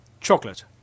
Chocolate